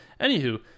Anywho